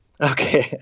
Okay